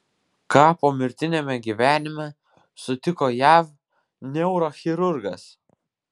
ką pomirtiniame gyvenime sutiko jav neurochirurgas